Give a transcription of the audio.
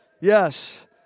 yes